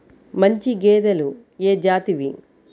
మంచి గేదెలు ఏ జాతివి?